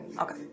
Okay